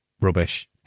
rubbish